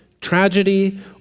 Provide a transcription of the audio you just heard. tragedy